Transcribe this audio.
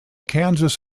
kansas